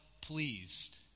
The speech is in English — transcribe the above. pleased